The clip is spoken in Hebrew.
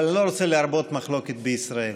אבל אני לא רוצה להרבות מחלוקת בישראל.